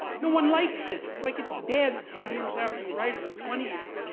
no one likes it, it's like it's dead ten years after you write it, or twenty years.